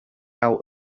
out